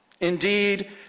Indeed